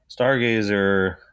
Stargazer